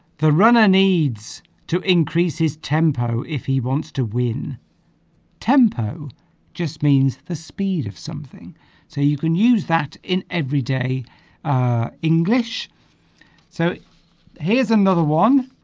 the runner needs to increase his tempo if he wants to win tempo just means the speed of something so you can use that in everyday english so here's another one